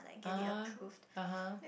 ah (uh huh)